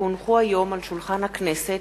כי הונחו היום על שולחן הכנסת,